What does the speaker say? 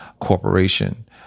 corporation